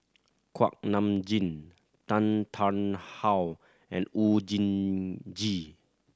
Kuak Nam Jin Tan Tarn How and Oon Jin Gee